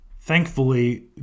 thankfully